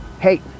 hey